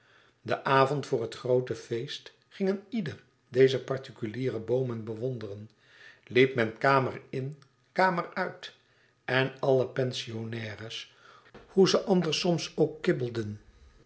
den avond vor het groote feest ging een ieder deze particuliere boomen bewonderen liep men kamer in kamer uit en alle pensionnaires hoe ze anders soms ook kibbelden